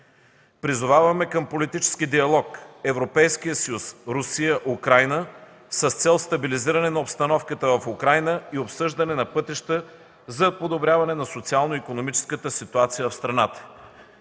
Призоваваме към политически диалог Европейския съюз, Русия, Украйна с цел стабилизиране на обстановката в Украйна и обсъждане на пътища за подобряване на социално-икономическата ситуация в страната.